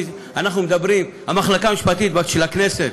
אנחנו מדברים על המחלקה המשפטית של הכנסת,